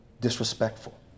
disrespectful